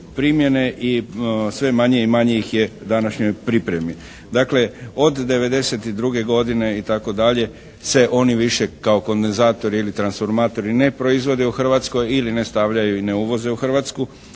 primjene i sve manje i manje ih je u današnjoj pripremi. Dakle od '92. godine itd. se oni više kao kondenzatori ili transformatori ne proizvode u Hrvatskoj ili ne stavljaju i ne uvozu u Hrvatsku.